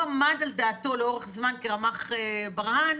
הוא עמד על דעתו לאורך זמן כרמ"ח ברה"ן